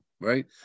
right